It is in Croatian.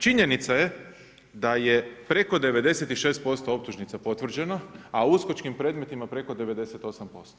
Činjenica je da je preko 96% optužnica potvrđeno, a USKOK-kim predmetima preko 98%